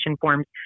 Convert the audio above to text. forms